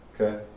Okay